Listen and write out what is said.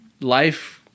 life